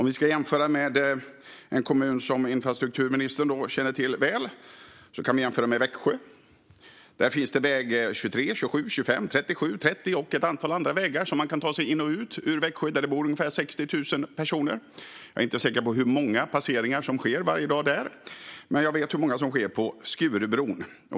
Vi kan jämföra med Växjö, som är en kommun som infrastrukturministern känner till väl. Där finns vägarna 23, 27, 25, 37, 30 och ett antal andra vägar längs vilka man kan ta sig in och ut ur Växjö, där det bor ungefär 60 000 personer. Jag är inte säker på hur många passeringar som sker där varje dag, men jag vet hur många som sker på Skurubron.